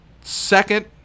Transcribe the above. second